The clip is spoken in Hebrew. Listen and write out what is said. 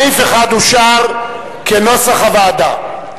סעיף 1 אושר כנוסח הוועדה.